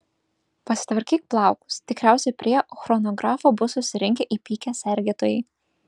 pasitvarkyk plaukus tikriausiai prie chronografo bus susirinkę įpykę sergėtojai